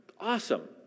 Awesome